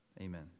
Amen